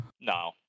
No